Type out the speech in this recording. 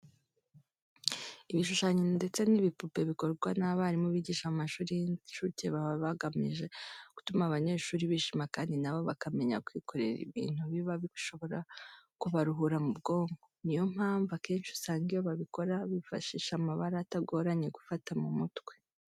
Ibishushanyo ndetse n'ibipupe bikorwa n'abarimu bigisha mu mashuri y'incuke baba bagamije gutuma abana bishima kandi na bo bakamenya kwikorera ibintu biba bishobora kubaruhura mu bwonko. Niyo mpamvu akenshi usanga iyo babikora bifashisha amabara atagoranye gufata mu mutwe.